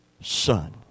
son